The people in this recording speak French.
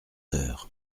heures